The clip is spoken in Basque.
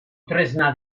tresna